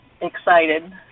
excited